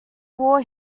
war